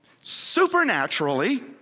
Supernaturally